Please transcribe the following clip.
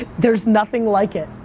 there's nothing like it.